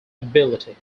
ability